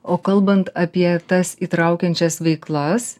o kalbant apie tas įtraukiančias veiklas